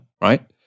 right